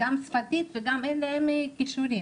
גם שפתית וגם אין להם כישורים.